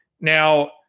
Now